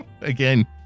Again